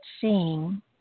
seeing